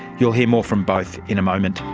you'll hear more from both in a moment.